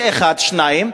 זה עניין אחד, ב.